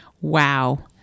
Wow